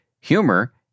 humor